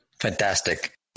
Fantastic